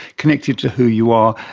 connected to who you are.